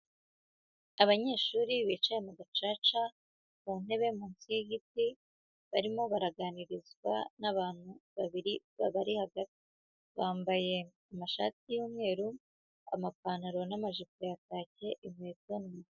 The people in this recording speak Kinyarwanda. Abanyeshuri bicaye mu gacaca ku ntebe munsi y'igiti, barimo baraganirizwa n'abantu babiri babari hagati, bambaye amashati y'umweru, amapantaro n'amajipo ya kake inkweto ni umukara.